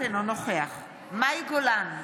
אינו נוכח מאי גולן,